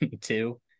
two